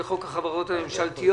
לחוק החברות הממשלתיות,